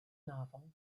novel